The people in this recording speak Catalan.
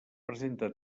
presenta